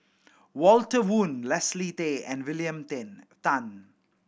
Walter Woon Leslie Tay and William Ten Tan